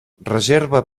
reserva